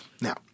Now